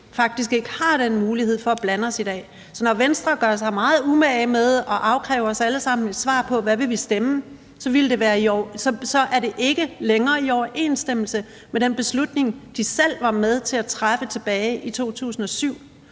faktisk ikke har den mulighed i dag for at blande os. Så når Venstre gør sig meget umage med at afkræve os alle sammen et svar på, hvad vi vil stemme, er det ikke længere i overensstemmelse med den beslutning, de selv var med til at træffe tilbage i 2007.